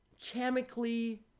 chemically